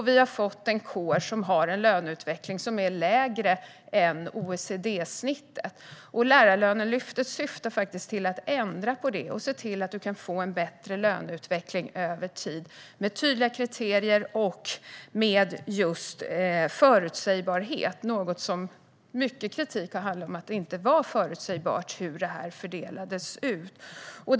Vi har fått en kår som har en löneutveckling som är sämre än OECD-snittet. Lärarlönelyftet syftar till att ändra på detta och se till att du kan få en bättre löneutveckling över tid med tydliga kriterier och med just förutsägbarhet. Mycket kritik har ju handlat om att det inte var förutsägbart hur fördelningen gjordes.